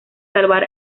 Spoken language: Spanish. salvar